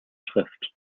schrift